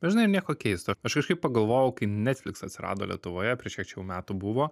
dažnai ir nieko keisto aš kažkaip pagalvojau kai netfliks atsirado lietuvoje prieš kiek čia jau metų buvo